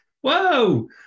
whoa